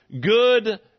good